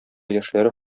яшьләре